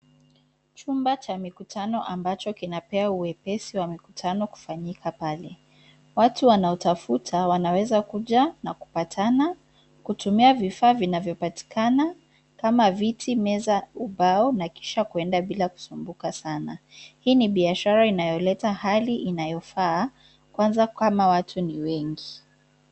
Chumba cha mikutano ambacho kinapea uwepesi wa mikutano kufanyika pale. Watu wanaotafuta wanaweza kuja na kupatana, kutumia vifaa vinavyo patikana kama vile viti, meza ,ubao na kisha kwenda bila kusumbuka sana. Hii ni biashara inayoleta hali inayofaa, kwanza kama watu ni wengi.